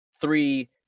three